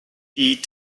die